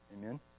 Amen